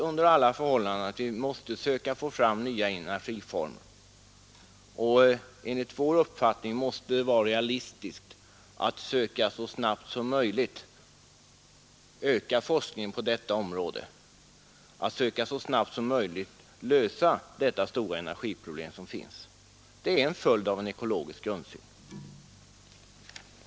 Under alla förhållanden måste vi försöka få fram nya energiformer, och enligt vår uppfattning måste det vara realistiskt att så snabbt som möjligt försöka att öka forskningen på detta område för att kunna lösa de stora energiproblem som finns. Det är en följd av en ekologisk grundsyn.